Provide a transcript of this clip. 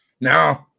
No